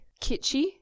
kitschy